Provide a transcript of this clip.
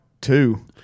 two